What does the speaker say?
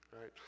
Right